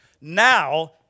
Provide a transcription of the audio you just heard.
Now